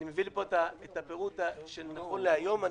אני מביא לפה את הפירוט שנכון להיום,